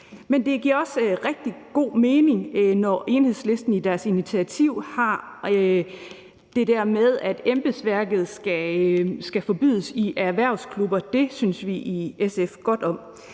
Men det giver også rigtig god mening, når Enhedslisten i deres initiativ har det der med om, at brug af embedsværket skal forbydes i erhvervsklubber. Det synes vi i SF godt om.